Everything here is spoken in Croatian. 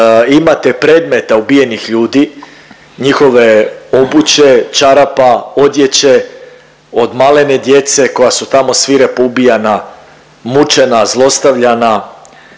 imate predmeta ubijenih ljudi, njihove obuće, čarapa, odjeće od malene djece koja su tamo svirepo ubijena, mučena, zlostavljana